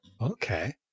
Okay